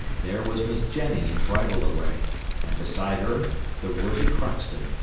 there was miss jenny in bridal array and beside her the worthy crockston,